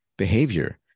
Behavior